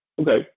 Okay